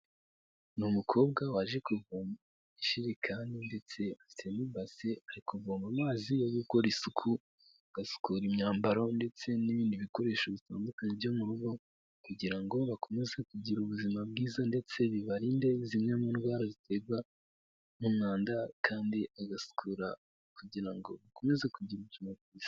Ni umukobwa waje kuvoma, afite ijerekani ndetse afite n'ibase, ari kuvoma amazi yo gukora isuku agasukura imyambaro ndetse n'ibindi bikoresho bitandukanye byo mu rugo, kugira ngo bakomeze kugira ubuzima bwiza ndetse bibarinde zimwe mu ndwara ziterwa n'umwanda, kandi agasukura kugira ngo bakomeze kugira ubuzima bwiza.